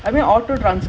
but I mean